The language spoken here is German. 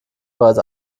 bereits